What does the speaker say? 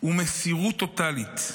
ומסירות טוטלית.